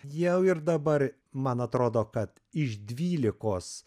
jau ir dabar man atrodo kad iš dvylikos